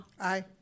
aye